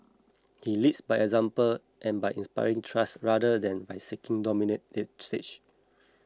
he leads by example and by inspiring trust rather than by seeking to dominate the stage